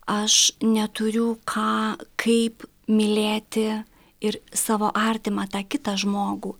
aš neturiu ką kaip mylėti ir savo artimą tą kitą žmogų